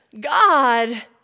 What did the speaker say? God